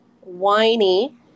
whiny